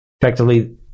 effectively